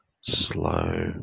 slow